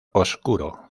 oscuro